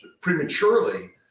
prematurely